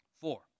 Four